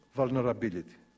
vulnerability